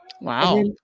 Wow